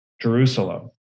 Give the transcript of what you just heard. Jerusalem